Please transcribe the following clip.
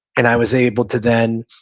and i was able to then,